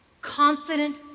confident